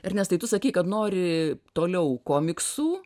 ernestai tu sakei kad nori toliau komiksų